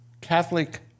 Catholic